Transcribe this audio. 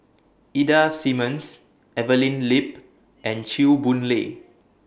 Ida Simmons Evelyn Lip and Chew Boon Lay